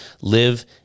live